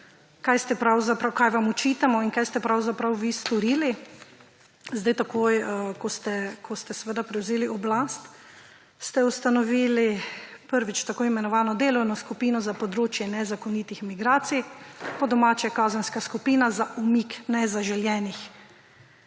kaj vam očitamo in kaj ste pravzaprav vi storili. Takoj ko ste prevzeli oblast, ste ustanovili, prvič, tako imenovano delovno skupino za področje nezakonitih migracij, po domače kazenska skupina za umik nezaželenih.